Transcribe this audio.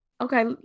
okay